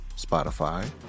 Spotify